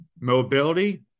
mobility